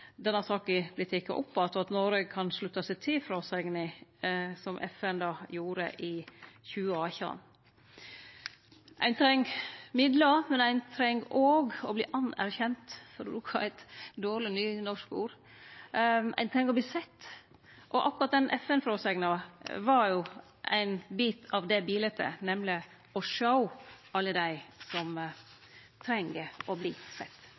denne saka vert teken opp at, og at Noreg kan slutte seg til fråsegna som FN gjorde i 2018? Ein treng midlar, men ein treng òg å verte anerkjent – for å bruke eit dårleg nynorsk ord. Ein treng å verte sett. Og akkurat den FN-fråsegna var jo ein bit av det biletet, nemleg å sjå alle dei som treng å